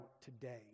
today